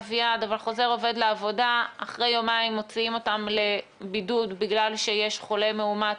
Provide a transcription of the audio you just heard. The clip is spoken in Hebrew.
אביעד אחרי יומיים מוציאים אותם לבידוד בגלל שיש חולה מאומת